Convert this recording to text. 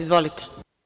Izvolite.